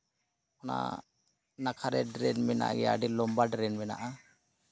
ᱚᱱᱟ ᱱᱟᱠᱷᱟᱨᱮ ᱰᱨᱮᱱ ᱢᱮᱱᱟᱜ ᱜᱮᱭᱟ ᱟᱹᱰᱤ ᱞᱚᱢᱵᱟ ᱰᱨᱮᱱ ᱢᱮᱱᱟᱜᱼᱟ